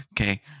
Okay